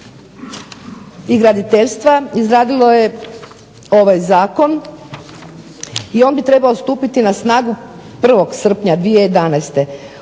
i graditeljstva izradilo je ovaj zakon i on bi trebao stupiti na snagu 1. srpnja 2011.